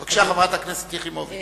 בבקשה, חברת הכנסת יחימוביץ.